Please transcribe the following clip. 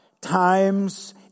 times